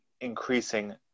increasing